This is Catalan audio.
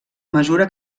mesura